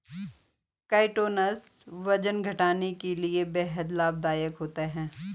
chitosan वजन घटाने के लिए बेहद लाभदायक होता है